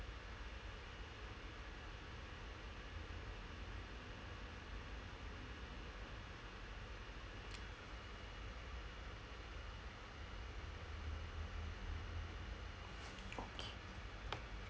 okay